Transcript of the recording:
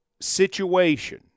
situation